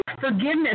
forgiveness